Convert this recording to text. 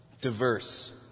diverse